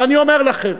ואני אומר לכם,